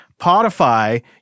Podify